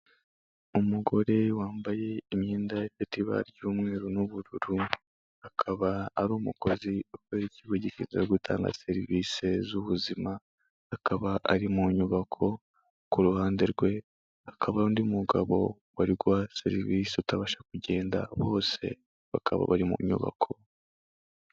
Umugore wambaye imyenda ifite ibara ry'umweru n'ubururu, akaba ari umukozi ukorera ikigo gishinzwe gutanga serivisi z'ubuzima akaba ari mu nyubako, ku ruhande rwe hakaba hari undi mugabo bari guha serivisi atabasha kugenda, bose bakaba bari mu nyubako.